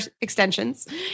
extensions